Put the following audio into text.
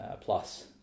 plus